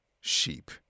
Sheep